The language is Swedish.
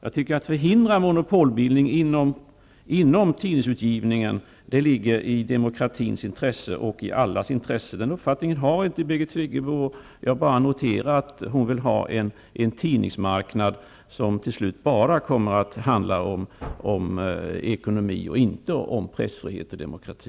Att förhindra monopolbildning inom tidningsutgivningen ligger i demokratins intresse och i allas intresse. Den uppfattningen har inte Birgit Friggebo. Jag bara noterar att hon vill ha en tidningsmarknad som till slut bara kommer att handla om ekonomi och inte om pressfrihet och demokrati.